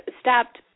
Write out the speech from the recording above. stopped